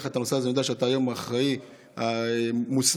היום בערב זה יום ההילולה שלו,